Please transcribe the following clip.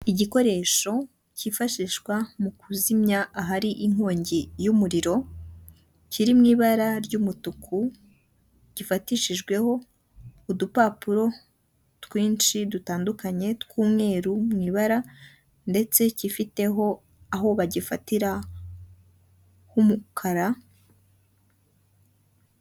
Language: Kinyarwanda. Igikoresho kifashishwa mu kuzimya ahari inkongi y'umuriro kiri mu ibara ry'umutuku, gifatishijweho udupapuro twinshi dutandukanye tw'umweru mu ibara ndetse kifiteho aho bagifatira h'umukara.